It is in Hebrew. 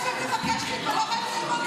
אני לא אצביע, אני לא מכריחה מישהו מה ללמוד.